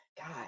God